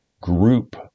group